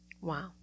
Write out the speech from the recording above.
Wow